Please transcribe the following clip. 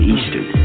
Eastern